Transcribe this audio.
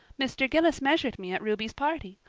mr. gillis measured me at ruby's party.